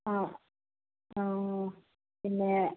ആ ഓ പിന്നെ